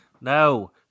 No